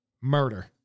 murder